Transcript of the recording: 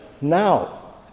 now